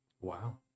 wow